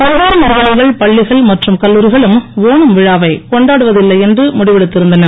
பல்வேறு நிறுவனங்கள் பள்ளிகள் மற்றும் கல்லூரிகளும் ஒணம் விழாவை கொண்டாடுவதில்லை என்று முடிவெடுத்து இருந்தன